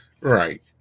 Right